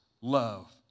love